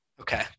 Okay